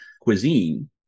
cuisine